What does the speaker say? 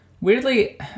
Weirdly